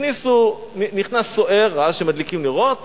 נכנס סוהר, ראה שמדליקים נרות